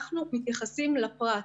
אנחנו מתייחסים לפרט.